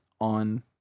on